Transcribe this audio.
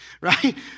Right